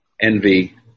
envy